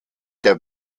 der